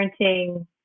parenting